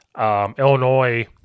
Illinois